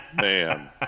Man